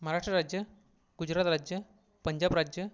महाराष्ट्र राज्य गुजरात राज्य पंजाब राज्य